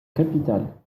capitale